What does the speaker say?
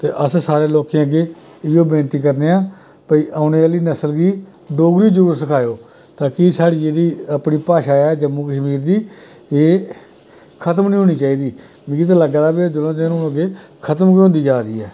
अस सारें लोकें गी एह् विनती करन आं भाई औनें आह्ली नसल गी डोगरी जरूर सखाओ ताकि साढ़ी जेह्ड़ी अपनी भाशा ऐ जम्मू कश्मीर खत्म निं होनी चाहिदी मिगी ते लगा दा भाई हून खत्म गै होंदी जा दी